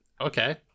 Okay